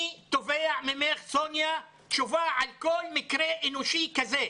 אני תובע ממך, סוניה, תשובה על כל מקרה אנושי כזה.